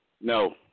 No